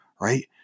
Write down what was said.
right